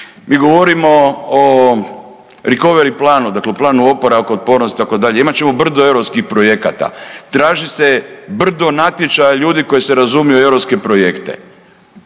Mi govorimo o recovery planu dakle o planu oporavka, otpornosti itd., imat ćemo brdo europskih projekata traži se brdo natječaja ljudi koji se razumiju u europske projekte.